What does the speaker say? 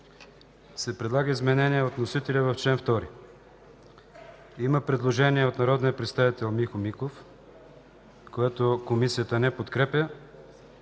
се предлага изменение от вносителя в чл. 2. Има предложение от народния представител Михо Михов, което Комисията не подкрепя: